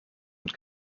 und